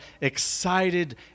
excited